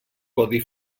codi